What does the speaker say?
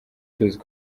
tuzi